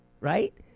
right